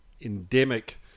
endemic